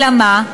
אלא מה,